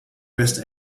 west